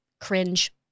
cringe